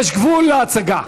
יש גבול להצגה.